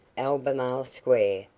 albemarle square,